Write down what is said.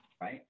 Right